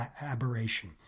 aberration